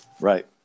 Right